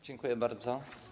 Dziękuję bardzo.